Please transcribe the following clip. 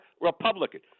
Republican